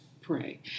pray